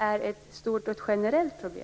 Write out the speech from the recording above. är ett stort och generellt problem.